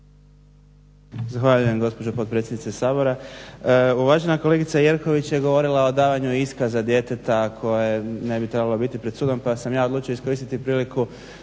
Zahvaljujem gospođo potpredsjednice Sabora. Uvažena kolegica Jerković je govorila o davanju iskaza koje ne bi trebalo biti pred sudom pa sam ja odlučio iskoristiti priliku